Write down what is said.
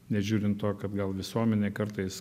nežiūrint to kad gal visuomenei kartais